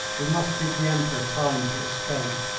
we must give the emperor time to escape.